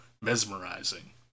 mesmerizing